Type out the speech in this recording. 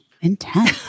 Intense